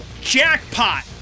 Jackpot